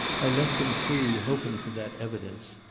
i left him free, hoping for that evidence.